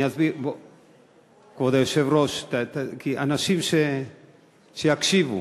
כבוד היושב-ראש, שאנשים יקשיבו.